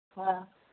हा